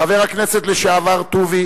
חבר הכנסת לשעבר טובי